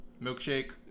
Milkshake